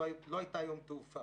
אז לא הייתה היום תעופה.